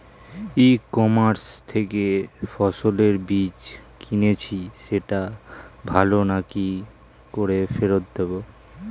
ই commerce থেকে ফসলের বীজ কিনেছি সেটা ভালো না কি করে ফেরত দেব?